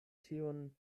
tiun